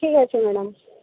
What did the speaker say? ঠিক আছে ম্যাডাম